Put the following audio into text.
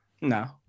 No